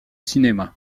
cinéma